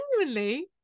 genuinely